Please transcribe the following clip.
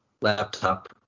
laptop